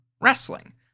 wrestling